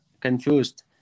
confused